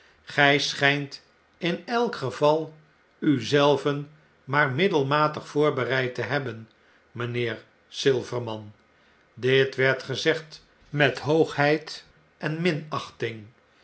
gij schynt in elk geval u zelven maar middelmatig voorbereid te hebben mynheer silverman dit werd gezegd met hoogheid en